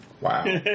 wow